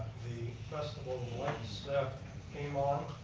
the festival of lights have came on